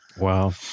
Wow